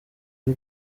y’u